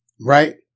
right